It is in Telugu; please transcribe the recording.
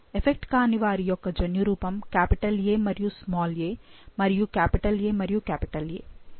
ఎఫెక్ట్ కాని వారి యొక్క జన్యురూపం "A" మరియు "a" మరియు "A" మరియు "A"